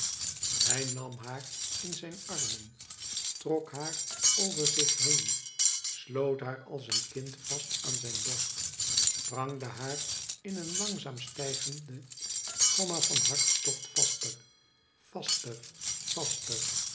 hij nam haar in zijn armen trok haar over zich heen sloot haar als een kind vast aan zijn borst prangde haar in een langzaam stijgende gamma van hartstocht vaster vaster vaster